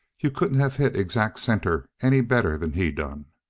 you couldn't have hit exact center any better'n he done.